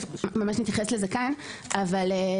ממש נתייחס לזה כאן תכף.